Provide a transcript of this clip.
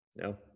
No